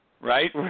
right